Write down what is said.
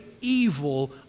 evil